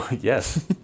Yes